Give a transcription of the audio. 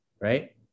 right